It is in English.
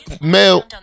male